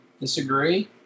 Disagree